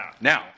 Now